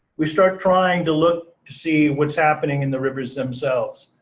we start trying to look to see what's happening in the rivers themselves,